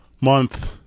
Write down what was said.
month